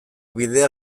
bidea